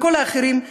וכל האחרים,